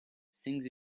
sings